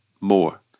more